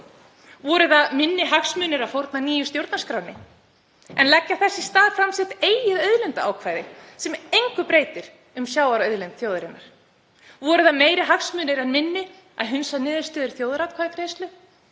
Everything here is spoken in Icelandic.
Voru það minni hagsmunir að fórna nýju stjórnarskránni en leggja þess í stað fram sitt eigið auðlindaákvæði sem engu breytir um sjávarauðlind þjóðarinnar? Voru það meiri hagsmunir en minni að hunsa niðurstöður þjóðaratkvæðagreiðslu?